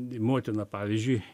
motina pavyzdžiui